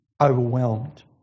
overwhelmed